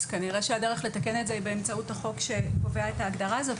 אז כנראה שהדרך לתקן את זה היא באמצעות החוק שקובע את ההגדרה הזאת.